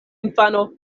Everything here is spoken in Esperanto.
infano